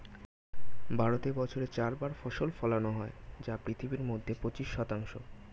ভারতে বছরে চার বার ফসল ফলানো হয় যা পৃথিবীর মধ্যে পঁচিশ শতাংশ